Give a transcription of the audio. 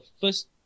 First